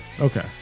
Okay